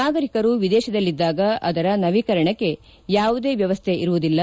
ನಾಗರಿಕರು ಎದೇಶದಲ್ಲಿದ್ದಾಗ ಅದರ ನವೀಕರಣಕ್ಕೆ ಯಾವುದೇ ವ್ಯವಸ್ಥೆ ಇರುವುದಿಲ್ಲ